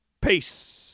Peace